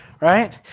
Right